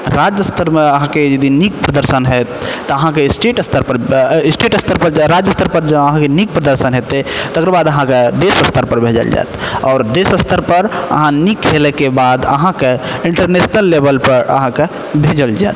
राज्य स्तरमे अहाँके यदि नीक प्रदर्शन होयत तऽ अहाँके स्टेट स्तर पर स्टेट स्तर पर राज्य स्तर पर जँ अहाँके नीक प्रदर्शन हेतै तेकर बाद अहाँके देश स्तर पर भेजल जाइत आओर देश स्तर पर अहाँ नीक खेलैके बाद अहाँके इन्टरनेशनल लेवल पर अहाँके भेजल जाइत